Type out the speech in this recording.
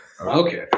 Okay